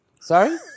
Sorry